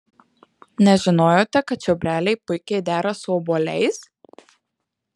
nežinojote kad čiobreliai puikiai dera su obuoliais